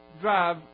drive